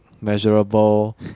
Measurable